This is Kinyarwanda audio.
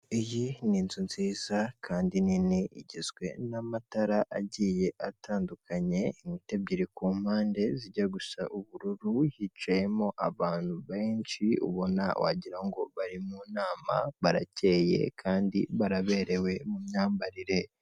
Iyi ni inzu nziza kandi nini igizwe n'amatara agiye atandukanye, inkuta ebyiri ku mpande zijya gusa ubururu hicayemo abantu benshi ubona wagira ngo bari mu nama barakeye kandi baraberewe mu myambarire.